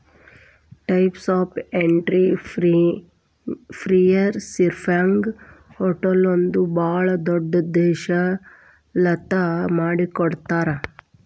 types of ಎನ್ಟ್ರಿಪ್ರಿನಿಯರ್ಶಿಪ್ನ್ಯಾಗ ಹೊಟಲ್ದೊರು ಭಾಳ್ ದೊಡುದ್ಯಂಶೇಲತಾ ಮಾಡಿಕೊಡ್ತಾರ